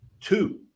Two